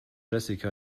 jessica